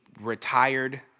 retired